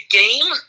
game